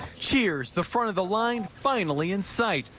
cheers, the front of the line finally in sight.